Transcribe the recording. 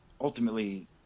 ultimately